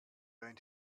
going